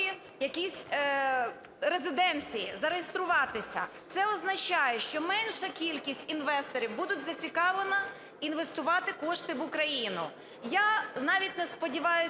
якісь резиденції, зареєструватися. Це означає, що менша кількість інвесторів буде зацікавлена інвестувати кошти в Україну. Я навіть не сподіваються